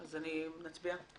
אני מצביעה.